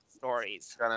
Stories